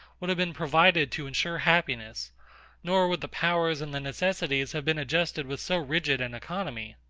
would have been provided to ensure happiness nor would the powers and the necessities have been adjusted with so rigid an economy.